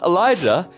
Elijah